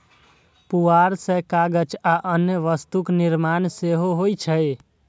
पुआर सं कागज आ अन्य वस्तुक निर्माण सेहो होइ छै